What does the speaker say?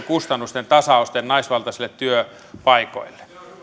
kustannusten tasauksen naisvaltaisille työpaikoille seuraavana